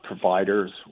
providers